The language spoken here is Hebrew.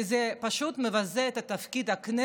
כי זה פשוט מבזה את תפקיד הכנסת,